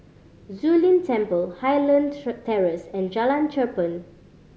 Zu Lin Temple Highland Terrace and Jalan Cherpen